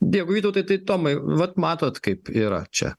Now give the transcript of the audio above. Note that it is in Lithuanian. dėkui vytautai tai tomai vat matot kaip yra čia